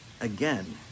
again